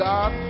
God